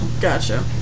Gotcha